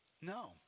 No